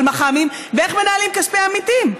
על מח"מים ואיך מנהלים כספי עמיתים,